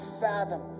fathom